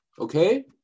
Okay